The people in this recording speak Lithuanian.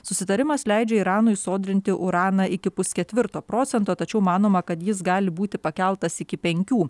susitarimas leidžia iranui sodrinti uraną iki pusketvirto procento tačiau manoma kad jis gali būti pakeltas iki penkių